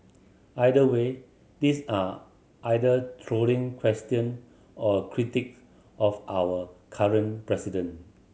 either way these are either trolling question or critique of our current president